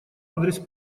адрес